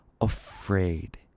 afraid